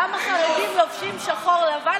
למה החרדים לובשים שחור-לבן?